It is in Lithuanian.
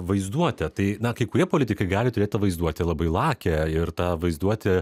vaizduotę tai na kai kurie politikai gali turėt tą vaizduotę labai lakią ir ta vaizduotė